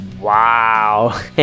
Wow